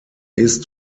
ist